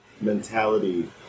mentality